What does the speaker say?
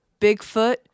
Bigfoot